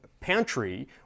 Pantry